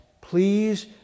Please